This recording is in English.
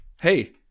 hey